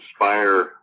inspire